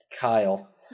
Kyle